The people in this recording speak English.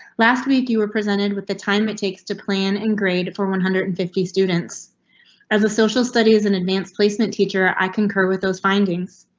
last week you were presented with the time it takes to plan an grade for one hundred and fifty students as a social study is an advanced placement teacher, i concur with those findings.